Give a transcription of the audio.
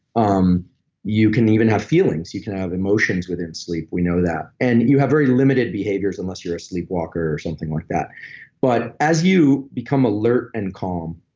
um you can even have feelings. you can have emotions within sleep, we know that and you have very limited behaviors unless you're a sleepwalker or something like that but as you become alert and calm,